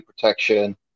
protection